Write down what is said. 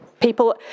People